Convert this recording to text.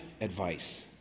advice